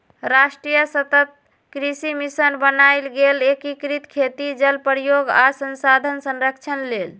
राष्ट्रीय सतत कृषि मिशन बनाएल गेल एकीकृत खेती जल प्रयोग आ संसाधन संरक्षण लेल